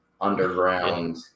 underground